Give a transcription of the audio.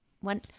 One